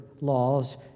laws